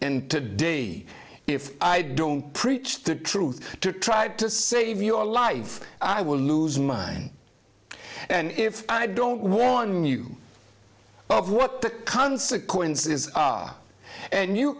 and today if i don't preach the truth to try to save your life i will lose mine and if i don't warn you of what the consequence is and you